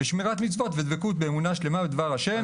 שמירת מצוות ודבקות באמונה שלמה בדבר השם.